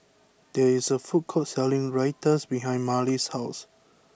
there is a food court selling Raita behind Marlys' house